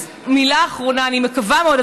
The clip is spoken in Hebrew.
אז מילה אחרונה: אני מקווה מאוד,